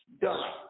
Done